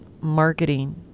marketing